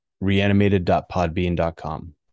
reanimated.podbean.com